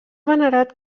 venerat